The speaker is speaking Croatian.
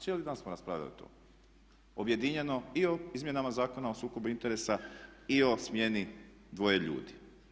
Cijeli dan smo raspravljali o tome, objedinjeno i o izmjenama Zakona o sukobu interesa i o smjeni dvoje ljudi.